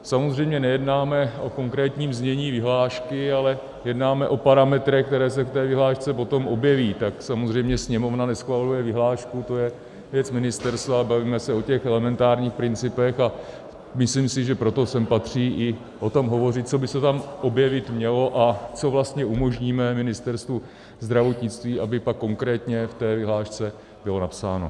Samozřejmě nejednáme o konkrétním znění vyhlášky, ale jednáme o parametrech, které se v té vyhlášce potom objeví, samozřejmě Sněmovna neschvaluje vyhlášku, to je věc ministerstva, bavíme se o těch elementárních principech a myslím si, že proto sem patří i o tom hovořit, co by se tam objevit mělo a co vlastně umožníme Ministerstvu zdravotnictví, aby pak konkrétně v té vyhlášce bylo napsáno.